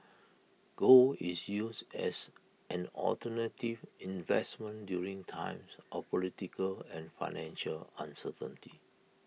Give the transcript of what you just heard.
gold is used as an alternative investment during times of political and financial uncertainty